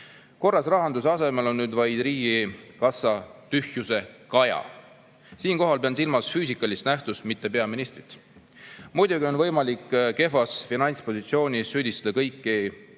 Korras rahanduse asemel on riigikassas nüüd vaid tühjuse kaja. Siinkohal pean silmas füüsikalist nähtust, mitte peaministrit. Muidugi on võimalik kehvas finantspositsioonis süüdistada kõiki